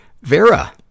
Vera